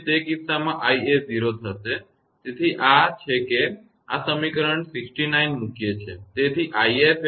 તેથી તે કિસ્સામાં i એ 0 થશે તેથી આ છે કે આપણે સમીકરણ 69 મૂકીએ છીએ